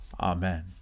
Amen